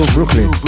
Brooklyn